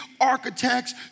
architects